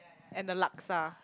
and the laksa